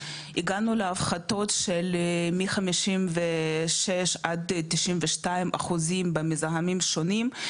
הגענו להפחתות של מ- 56% עד 92% במזהמים שונים,